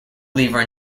lever